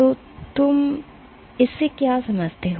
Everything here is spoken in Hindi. तो तुम इससे क्या समझते हो